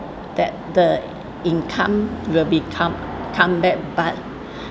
that the income will become come back but